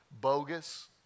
bogus